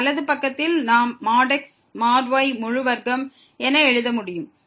இந்த வலது பக்கத்தில் நாம் |x| |y| ஹோல் ஸ்கொயர் என எழுத முடியும்